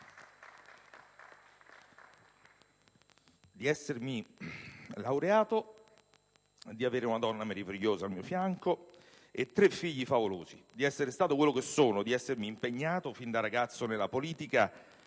di essermi laureato, di avere una donna meravigliosa al mio fianco e tre figli favolosi, di essere stato quello che sono e di essermi impegnato fin da ragazzo nella politica